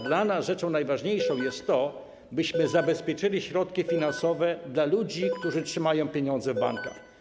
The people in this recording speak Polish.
Dla nas rzeczą najważniejszą jest to, byśmy zabezpieczyli środki finansowe dla ludzi, którzy trzymają pieniądze w bankach.